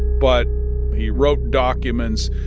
but he wrote documents,